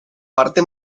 parte